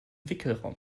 wickelraum